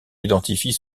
identifient